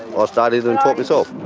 ah studied and taught myself.